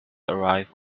arrive